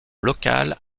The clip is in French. locale